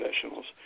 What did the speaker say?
professionals